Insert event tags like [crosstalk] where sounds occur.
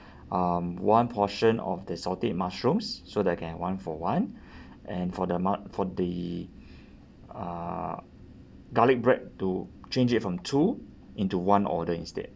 um one portion of the sauteed mushrooms so that I can have one for one [breath] and for the mud~ for the [breath] uh garlic bread to change it from two into one order instead